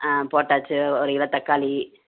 ஆ போட்டாச்சு ஒரு கிலோ தக்காளி